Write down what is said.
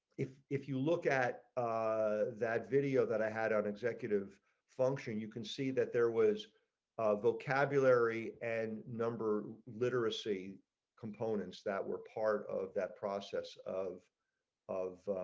if if you look at ah that video that i had of executive function you can see that there was a vocabulary and number literacy components that were part of that process of of